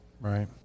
right